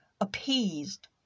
appeased